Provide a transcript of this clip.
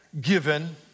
given